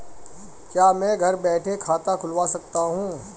क्या मैं घर बैठे खाता खुलवा सकता हूँ?